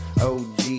OG